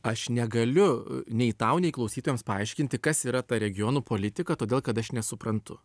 aš negaliu nei tau nei klausytojams paaiškinti kas yra ta regionų politika todėl kad aš nesuprantu